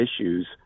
issues